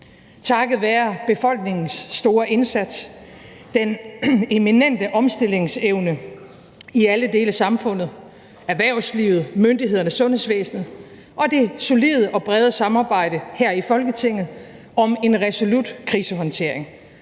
takket være befolkningens store indsats, den eminente omstillingsevne i alle dele af samfundet – erhvervslivet, myndighederne, sundhedsvæsenet – og det solide og brede samarbejde her i Folketinget om en resolut krisehåndtering.